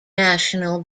national